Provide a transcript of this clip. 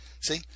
See